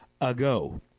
ago